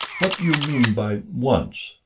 what do you mean by once?